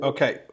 Okay